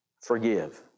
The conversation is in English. forgive